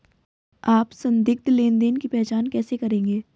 आप संदिग्ध लेनदेन की पहचान कैसे करेंगे?